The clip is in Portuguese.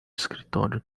escritório